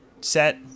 set